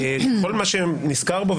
בכל מה שנסקר בו,